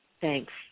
Thanks